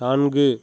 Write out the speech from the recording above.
நான்கு